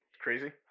Crazy